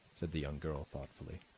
said the young girl thoughtfully.